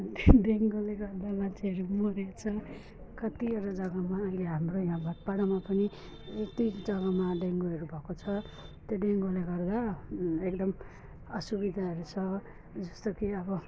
डेङ्गुले गर्दा मान्छेहरू मरेको छ कतिवटा जगामा अहिले हाम्रो यहाँ भटपाडामा पनि एक दुई जगामा डेङ्गुहरू भएको छ त्यो डेङ्गुले गर्दा एकदम असुविधाहरू छ जस्तो कि अब